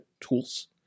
tools